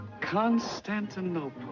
Constantinople